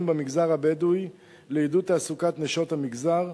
במגזר הבדואי לעידוד תעסוקת נשות המגזר,